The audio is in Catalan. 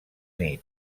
nit